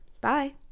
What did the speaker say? Bye